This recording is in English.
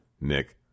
Nick